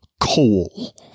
Coal